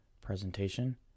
presentation